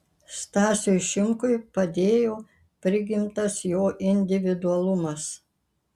stasiui šimkui padėjo prigimtas jo individualumas